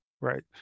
Right